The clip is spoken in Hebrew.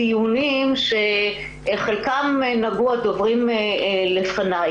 עם הרבה מאוד דיונים שבחלקם נגעו הדוברים לפני.